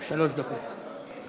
שלוש דקות.